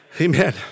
Amen